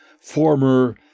former